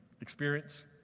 experience